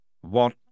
What